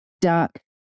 dark